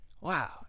wow